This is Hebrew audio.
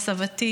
וסבתי,